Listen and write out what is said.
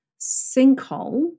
sinkhole